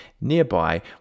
nearby